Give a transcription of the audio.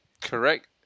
Correct